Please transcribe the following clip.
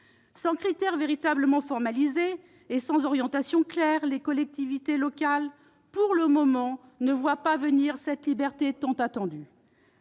Sans critères véritablement formalisés et sans orientations claires, les collectivités locales, pour le moment, ne voient pas venir cette liberté tant attendue.